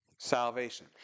salvation